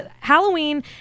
halloween